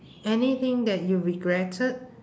anything that you regretted